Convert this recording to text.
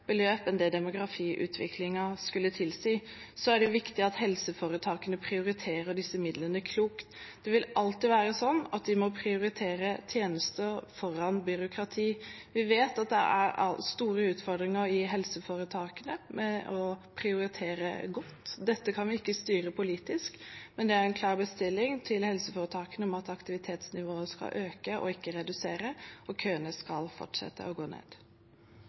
enn demografiutviklingen skulle tilsi. Så er det viktig at helseforetakene prioriterer disse midlene klokt. Det vil alltid være slik at de må prioritere tjenester foran byråkrati. Vi vet det er store utfordringer i helseforetakene med å prioritere godt. Dette kan vi ikke styre politisk, men det er en klar bestilling til helseforetakene om at aktivitetsnivået skal økes, ikke reduseres, og køene skal fortsette å gå ned.